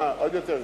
עוד יותר גרוע.